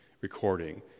recording